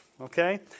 Okay